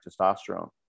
testosterone